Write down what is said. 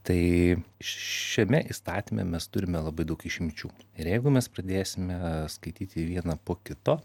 tai šiame įstatyme mes turime labai daug išimčių ir jeigu mes pradėsime skaityti vieną po kito